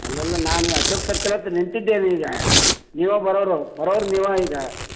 ಅಲ್ಲಲ್ಲ ನಾನು ಅಶೋಕ್ ಸರ್ಕಲ್ ಹತ್ರ್ ನಿಂತಿದ್ದೇನೆ ಈಗ ನೀವೇ ಬರೋರು ಬರೋರು ನೀವೇ ಈಗ